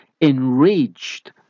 enraged